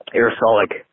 aerosolic